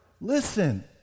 listen